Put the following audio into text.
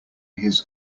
his